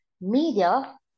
Media